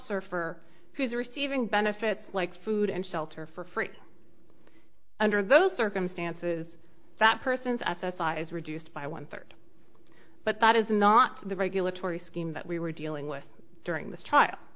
surfer who's receiving benefits like food and shelter for free under those circumstances that person's at that size reduced by one third but that is not the regulatory scheme that we were dealing with during the trial